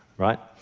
right?